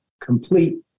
complete